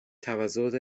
توسط